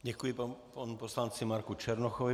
Děkuji panu poslanci Marku Černochovi.